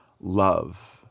love